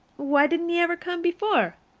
why didn't he ever come before?